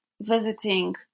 visiting